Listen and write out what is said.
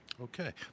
Okay